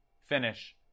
finish